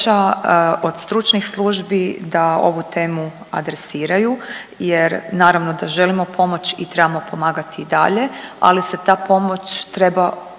od stručnih službi da ovu temu adresiraju jer naravno da želimo pomoć i trebamo pomagati i dalje, ali se ta pomoć treba odvijati